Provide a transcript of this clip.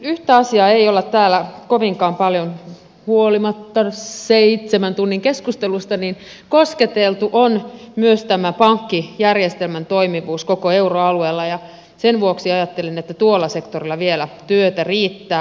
yhtä asiaa ei ole täällä kovinkaan paljon huolimatta seitsemän tunnin keskustelusta kosketeltu ja se on pankkijärjestelmän toimivuus koko euroalueella ja sen vuoksi ajattelin että tuolla sektorilla vielä työtä riittää